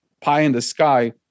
pie-in-the-sky